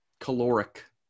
caloric